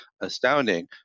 astounding